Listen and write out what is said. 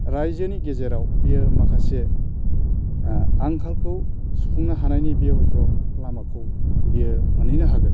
रायजोनि गेजेराव बियो माखासे आंखालखौ सुफुंनो हानायनि बियो हयथ' लामाखौ बियो मोनहैनो हागोन